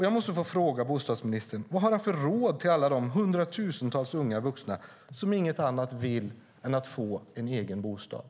Jag måste fråga ministern vad han har för råd till alla de hundratusentals unga vuxna som inget annat vill än få en egen bostad.